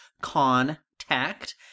Contact